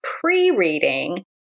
pre-reading